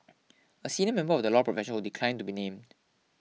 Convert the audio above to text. a senior member of the law profession who declined to be named